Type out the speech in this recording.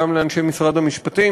גם לאנשי משרד המשפטים,